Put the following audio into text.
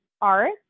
art